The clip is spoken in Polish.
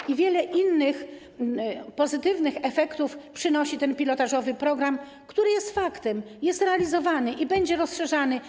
I wiele innych pozytywnych efektów przynosi ten pilotażowy program, który jest faktem, jest realizowany i będzie rozszerzany.